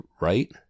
right